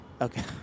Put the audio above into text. Okay